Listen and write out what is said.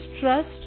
trust